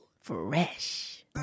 Fresh